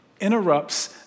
Interrupts